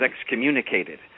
excommunicated